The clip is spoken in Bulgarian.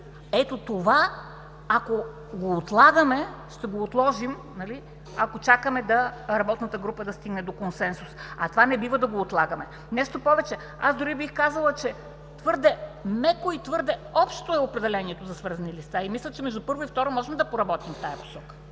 до тях. Ето това, ще отложим, ако чакаме работната група да стигне до консенсус. А това не бива да го отлагаме. Нещо повече, аз дори бих казала, че твърде меко и твърде общо е определението за „свързани лица“, и мисля, че между първо и второ четене можем да поработим в тази посока.